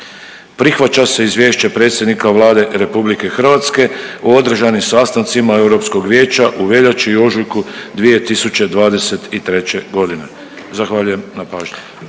prihvaća se Izvješće predsjednika Vlade RH o održanim sastancima Europskog vijeća u veljači i ožujku 2023.g.. Zahvaljujem na pažnji.